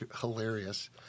hilarious